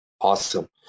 Awesome